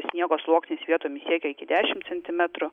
sniego sluoksnis vietomis siekia iki dešim centimetrų